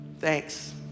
thanks